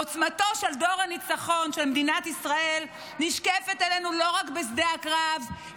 עוצמתו של דור הניצחון של מדינת ישראל נשקפת אלינו לא רק בשדה הקרב,